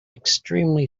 extremely